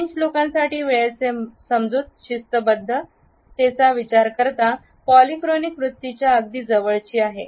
French लोकांसाठी वेळेचे समजूत शिस्तबद्ध तिचा विचार करता पॉलीक्रॉनिक वृत्तीच्या अगदी जवळची आहे